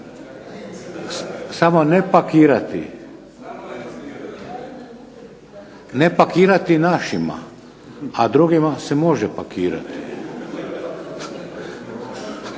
se ne čuje./... Ne pakirati našima a drugima se može pakirati.